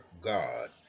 god